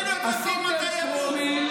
את זה עשינו לפניך.